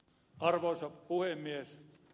arvoisa puhemies